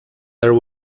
there